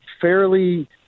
fairly –